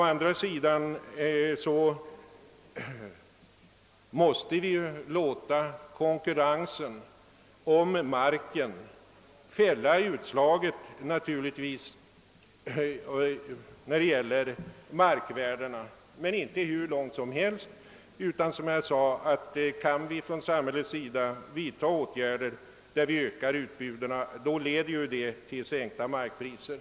Å andra sidan måste vi naturligtvis låta konkurrensen om marken fälla utslag när det gäller markvärdena. Men inte hur långt som helst. Kan samhället, som jag sade, vidta åtgärder för att öka utbuden, då leder ju det till sänkta markpriser.